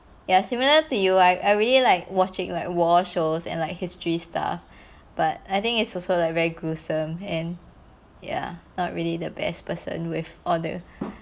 ya similar to you I I really like watching like war shows and like history stuff but I think it's also like very gruesome and ya not really the best person with all the